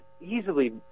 easily